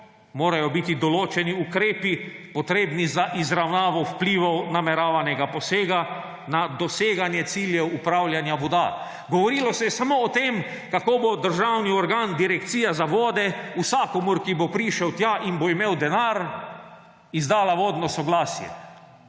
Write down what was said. soglasju določeni ukrepi, potrebni za izravnavo vplivov nameravanega posega na doseganje ciljev upravljanja voda. Govorilo se je samo o tem, kako bo državni organ Direkcija za vode vsakomur, ki bo prišel tja in bo imel denar, izdala vodno soglasje,